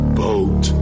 boat